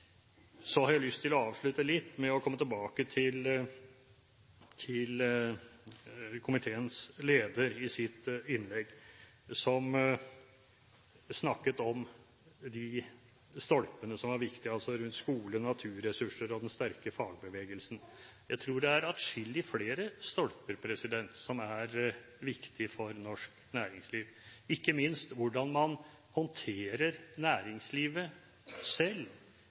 Så skatt er ikke uvesentlig for noen næring, heller ikke for landbruket. Jeg har lyst til å avslutte med å komme tilbake til komiteens leder, som i sitt innlegg snakket om de stolpene som var viktige, altså rundt skole, naturressurser og den sterke fagbevegelsen. Jeg tror det er atskillig flere stolper som er viktige for norsk næringsliv, ikke minst hvordan man håndterer næringslivet selv